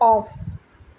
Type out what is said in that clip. off